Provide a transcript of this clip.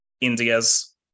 India's